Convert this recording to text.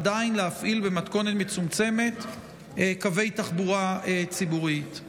עדיין להפעיל קווי תחבורה ציבורית במתכונת מצומצמת?